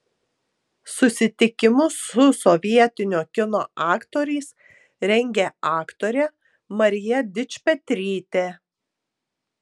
susitikimus su sovietinio kino aktoriais rengė aktorė marija dičpetrytė